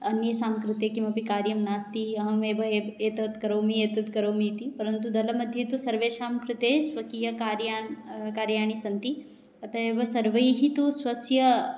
अन्येषां कृते किमपि कार्यं नास्ति अहमेव ए एतद् करोमि एतद् करोमि इति परन्तु दलमध्ये तु सर्वेषां कृते स्वकीय कार्या कार्याणि सन्ति अत एव सर्वैः तु स्वस्य